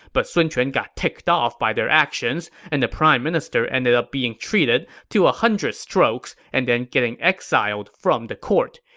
but sun quan got ticked off by their actions, and the prime minister ended up being treated to one ah hundred strokes and then getting exiled from the court.